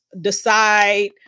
decide